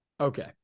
Okay